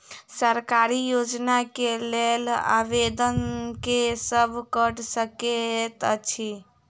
सरकारी योजना केँ लेल आवेदन केँ सब कऽ सकैत अछि?